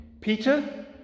peter